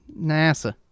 NASA